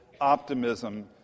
optimism